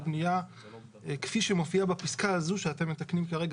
בנייה כפי שמופיע בפסקה הזו שאתם מתקנים כרגע,